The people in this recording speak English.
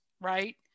right